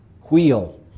wheel